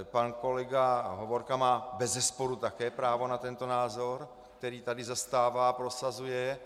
Pan kolega Hovorka má bezesporu také právo na tento názor, který tady zastává a prosazuje.